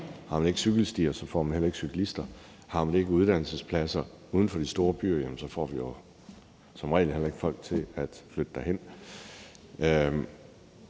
Har man ikke cykelstier, får man heller ikke cyklister. Har man ikke uddannelsespladser uden for de store byer, får vi jo som regel heller ikke folk til at flytte derhen.